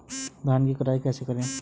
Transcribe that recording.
धान की कटाई कैसे करें?